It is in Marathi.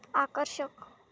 आकर्षक